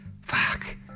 Fuck